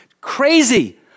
crazy